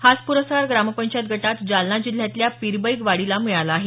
हाच प्रस्कार ग्रामपंचायत गटात जालना जिल्ह्यातल्या पीरगैब वाडीला मिळाला आहे